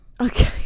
Okay